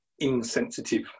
insensitive